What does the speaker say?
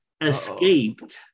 escaped